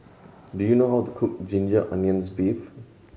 do you know how to cook ginger onions beef